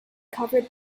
covered